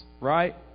Right